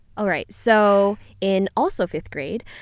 alright. so in also fifth grade,